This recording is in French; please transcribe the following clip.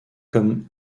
comme